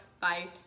bye